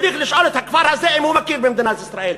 צריך לשאול את הכפר הזה אם הוא מכיר במדינת ישראל.